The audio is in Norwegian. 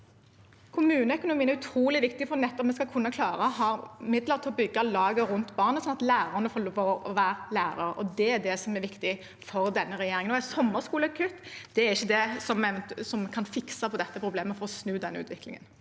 Kommuneøkonomien er utrolig viktig for at vi skal kunne klare å ha midler til å bygge laget rundt barnet, slik at lærerne får lov til å være lærere. Det er det som er viktig for denne regjeringen. Og til det med sommerskolekutt: Det er ikke det som kan fikse på dette problemet og snu denne utviklingen.